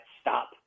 stop